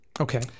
okay